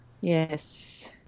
Yes